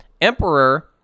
emperor